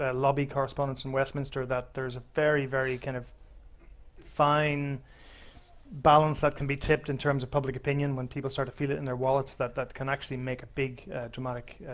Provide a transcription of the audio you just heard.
ah lobby correspondents in westminster, that there's a very very kind of fine balance that can be tipped, in terms of public opinion, when people starts to feel it in their wallets, that that can actually make a big dramatic